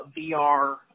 VR